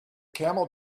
camel